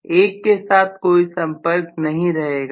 1 के साथ कोई संपर्क नहीं रहेगा